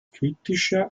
kritischer